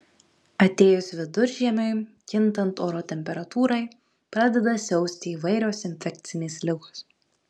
atėjus viduržiemiui kintant oro temperatūrai pradeda siausti įvairios infekcinės ligos